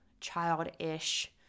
childish